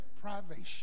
privation